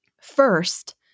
First